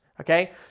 Okay